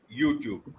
YouTube